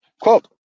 Quote